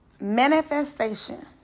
Manifestation